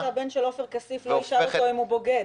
--- טוב שהבן של עופר כסיף לא ישאל אותו אם הוא בוגד.